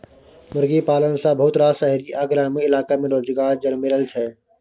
मुर्गी पालन सँ बहुत रास शहरी आ ग्रामीण इलाका में रोजगार जनमि रहल छै